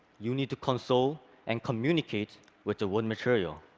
you need to console and communicate with the wood material.